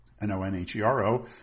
N-O-N-H-E-R-O